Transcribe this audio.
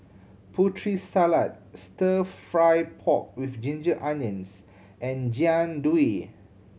Putri Salad Stir Fry pork with ginger onions and Jian Dui